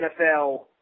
NFL